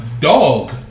dog